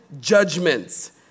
judgments